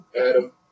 Adam